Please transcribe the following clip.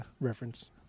reference